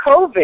COVID